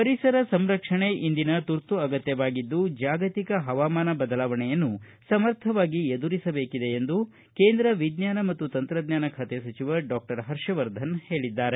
ಪರಿಸರ ಸಂರಕ್ಷಣೆ ಇಂದಿನ ತುರ್ತು ಅಗತ್ಯವಾಗಿದ್ದು ಜಾಗತಿಕ ಹವಾಮಾನ ಬದಲಾವಣೆಯನ್ನು ಸಮರ್ಥವಾಗಿ ಎದುರಿಸಬೇಕಿದೆ ಎಂದು ಕೇಂದ್ರ ವಿಚ್ವಾನ ತಂತ್ರಜ್ಞಾನಸಚಿವ ಡಾಕ್ಷರ್ ಹರ್ಷವರ್ಧನ್ ಹೇಳಿದ್ದಾರೆ